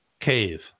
cave